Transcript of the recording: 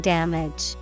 Damage